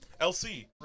LC